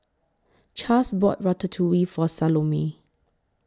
Chas bought Ratatouille For Salome